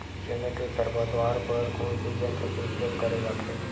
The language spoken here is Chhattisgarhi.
चना के खरपतवार बर कोन से यंत्र के उपयोग करे जाथे?